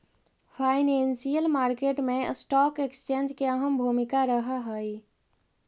financial market मैं stock exchange के अहम भूमिका रहऽ हइ